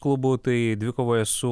klubu tai dvikovoje su